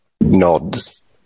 nods